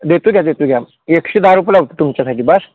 देतो की देतो की आम एकशे दहा रुपये लावतो तुमच्यासाठी बस